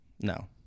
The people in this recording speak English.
No